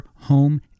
Home